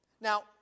Now